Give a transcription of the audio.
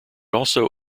also